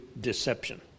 deception